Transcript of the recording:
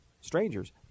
strangers